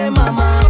mama